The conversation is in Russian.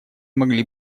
могли